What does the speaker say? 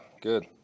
good